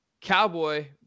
Cowboy